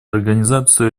организацию